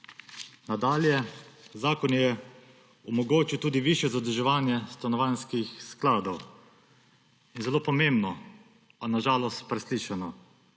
Nadalje. Zakon je omogočil tudi višje zadolževanje stanovanjskih skladov. Zelo pomembno, a na žalost preslišano